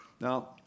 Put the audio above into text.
Now